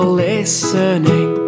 listening